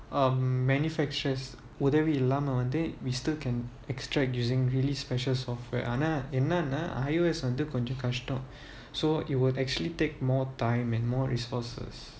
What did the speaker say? um manufactures உதவி இல்லாம வந்து:uthavi illaama vanthu we still can extract using really special software I_O_S வந்து கொஞ்சம் கஷ்டம்:vanthu konjam kastam so it will actually take more time and more resources